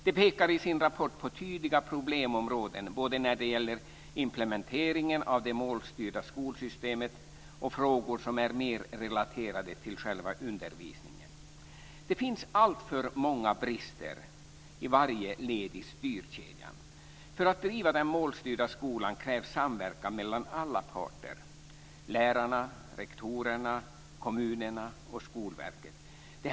De pekar i sin rapport på tydliga problemområden både när det gäller implementeringen av det målstyrda skolsystemet och frågor som är mer relaterade till själva undervisningen. Det finns alltför många brister i varje led i styrkedjan. För att driva den målstyrda skolan krävs samverkan mellan alla parter - lärarna, rektorerna, kommunerna och Skolverket.